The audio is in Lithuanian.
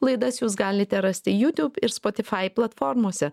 laidas jūs galite rasti jutub ir spotifai platformose